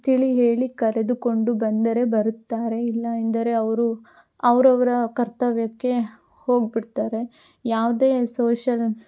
ತಿಳಿ ಹೇಳಿ ಕರೆದುಕೊಂಡು ಬಂದರೆ ಬರುತ್ತಾರೆ ಇಲ್ಲ ಎಂದರೆ ಅವರು ಅವರವ್ರ ಕರ್ತವ್ಯಕ್ಕೆ ಹೋಗಿಬಿಡ್ತಾರೆ ಯಾವುದೇ ಸೋಷಲ್